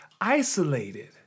isolated